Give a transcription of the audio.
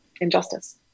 injustice